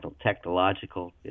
technological